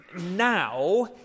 Now